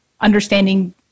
understanding